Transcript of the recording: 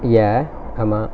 ya ஆமா:aamaa